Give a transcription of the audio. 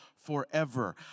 Forever